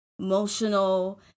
emotional